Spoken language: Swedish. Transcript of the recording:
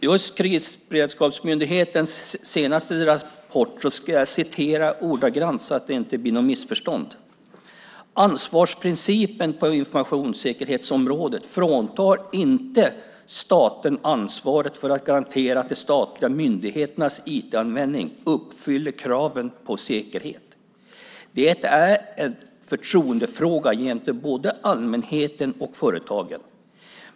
Just Krisberedskapsmyndighetens senaste rapport vill jag citera ordagrant, så att det inte blir något missförstånd: "Ansvarsprincipen på informationssäkerhetsområdet fråntar inte staten ansvaret för att garantera att de statliga myndigheternas IT-användning uppfyller kraven på säkerhet. Det är en förtroendefråga gentemot både allmänheten och företagen.